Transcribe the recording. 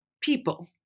people